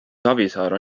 savisaar